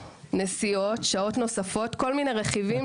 נסיעות, שעות נוספות, כל מיני רכיבים